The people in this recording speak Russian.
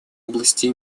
области